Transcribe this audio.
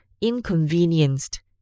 inconvenienced